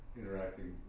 interacting